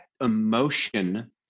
emotion